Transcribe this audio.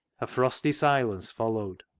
a frosty silence followed.